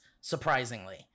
surprisingly